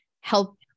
help